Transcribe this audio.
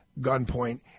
gunpoint